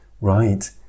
right